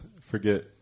forget